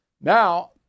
Now